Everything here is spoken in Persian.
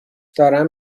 دارم